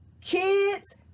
Kids